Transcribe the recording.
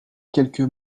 quelques